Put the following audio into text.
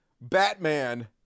Batman